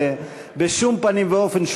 ובשום פנים ואופן,